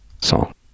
song